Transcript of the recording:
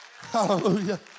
Hallelujah